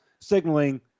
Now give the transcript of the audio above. signaling